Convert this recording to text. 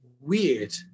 weird